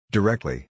Directly